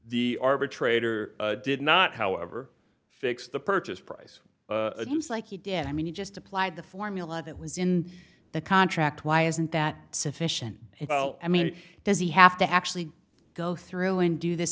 arbitrator did not however fix the purchase price like he did i mean he just applied the formula that was in the contract why isn't that sufficient and well i mean does he have to actually go through and do th